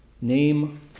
name